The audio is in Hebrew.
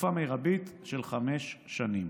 לתקופה מרבית של חמש שנים,